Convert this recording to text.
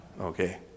Okay